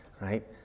right